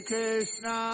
Krishna